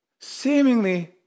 seemingly